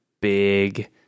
big